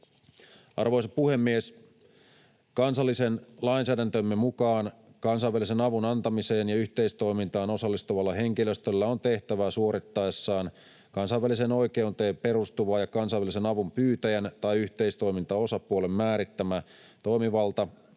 Arvoisa puhemies! Kansallisen lainsäädäntömme mukaan kansainvälisen avun antamiseen ja yhteistoimintaan osallistuvalla henkilöstöllä on tehtävää suorittaessaan kansainväliseen oikeuteen perustuva ja kansainvälisen avun pyytäjän tai yhteistoimintaosapuolen määrittämä toimivalta